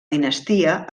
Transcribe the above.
dinastia